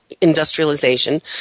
industrialization